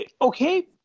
okay